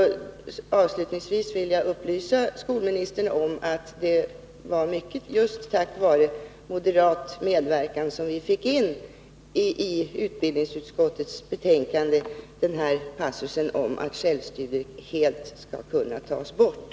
Avslutningsvis vill jag upplysa skolministern om att det var mycket just tack vare moderat medverkan som vi i utbildningsutskottets betänkande fick in passusen om att självstudier helt skall kunna tas bort.